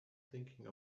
thinking